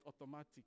automatic